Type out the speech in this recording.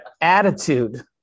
attitude